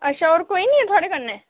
अच्छा होर कोई निं ऐ थुआढ़े कन्नै